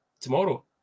Tomorrow